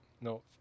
No